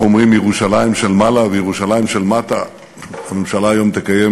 אנחנו אומרים "ירושלים של מעלה וירושלים של מטה" הממשלה היום תקיים